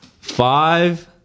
five